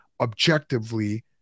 objectively